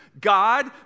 God